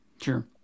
Sure